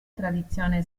tradizione